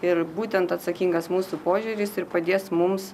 ir būtent atsakingas mūsų požiūris ir padės mums